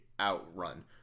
outrun